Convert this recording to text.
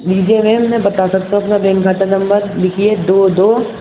لیجیے میم میں بتا سکتا ہوں اپنا بینک خاتا نمبر لکھیے دو دو